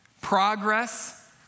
progress